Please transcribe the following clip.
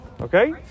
Okay